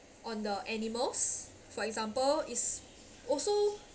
on the animals for example is also